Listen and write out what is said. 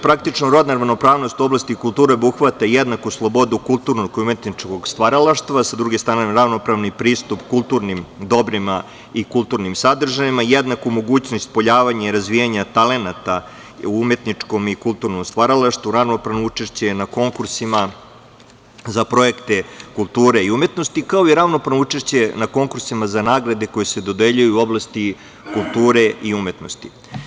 Praktično, rodna ravnopravnost u oblasti kulture obuhvata jednaku slobodu kulturnog i umetničkog stvaralaštva, a sa druge strane ravnopravni pristup kulturnim dobrima i kulturnim sadržajima, jednaku mogućnost ispoljavanja i razvijanja talenata u umetničkom i kulturnom stvaralaštvu, ravnopravno učešće na konkursima za projekte kulture i umetnosti, kao i ravnopravno učešće na konkursima za nagrade koje se dodeljuju u oblasti kulture i umetnosti.